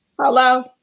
Hello